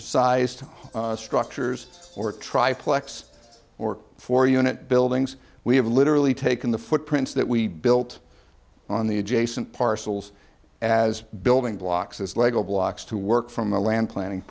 sized structures or tri plex or four unit buildings we have literally taken the footprints that we built on the adjacent parcels as building blocks as lego blocks to work from a land planning